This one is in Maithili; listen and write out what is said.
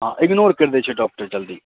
हँ इग्नोर कऽ दै छै डॉक्टर जल्दी